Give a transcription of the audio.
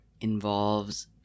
involves